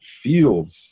feels